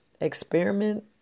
experiment